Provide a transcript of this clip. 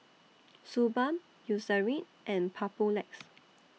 Suu Balm Eucerin and Papulex